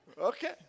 Okay